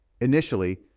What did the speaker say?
Initially